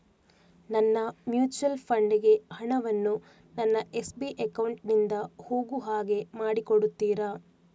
ನನ್ನ mutual fund ಗೆ ಹಣ ವನ್ನು ನನ್ನ ಎಸ್.ಬಿ ಅಕೌಂಟ್ ನಿಂದ ಹೋಗು ಹಾಗೆ ಮಾಡಿಕೊಡುತ್ತೀರಾ?